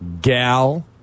Gal